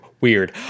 Weird